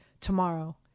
tomorrow